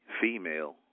female